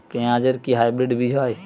পেঁয়াজ এর কি হাইব্রিড বীজ হয়?